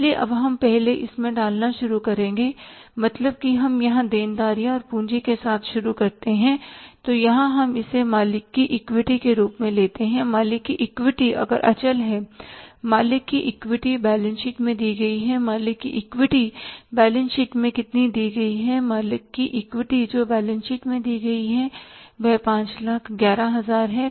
इसलिए अब हम पहले इस में डालना शुरू करेंगे मतलब की हम यहां देनदारियां और पूंजी के साथ शुरू करते हैं तो यहाँ हम इसे मालिक की इक्विटी के रूप में लेते हैं मालिक की इक्विटी अगर अचल है मालिक की इक्विटी बैलेंस शीट में दी गई है मालिक की इक्विटी बैलेंस शीट में कितनी दी गई है मालिक की इक्विटी जो बैलेंस शीट में दी गई है वह 511000 है